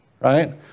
Right